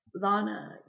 Lana